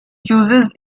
chooses